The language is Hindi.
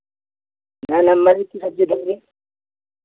ना नंबर एक की सब्ज़ी देंगे